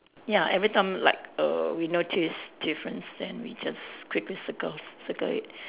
ya everytime like err we notice difference then we just quickly circle circle it